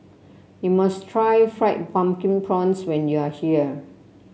you must try Fried Pumpkin Prawns when you are here